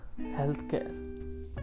healthcare